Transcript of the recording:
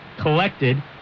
collected